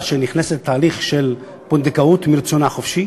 שנכנסת לתהליך של פונדקאות מרצונה החופשי,